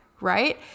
right